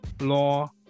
law